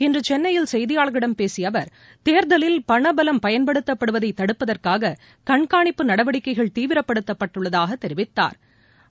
இன்றுசென்னையில் செய்தியாளர்களிடம் பேசியஅவர் கேர்தலில் பணபலம் பயன்படுத்தப்படுவதைதடுப்பதற்காககண்கானிப்பு நடவடிக்கைகள் தீவிரப்படுத்தப்பட்டுள்ளதாகதெரிவித்தாா்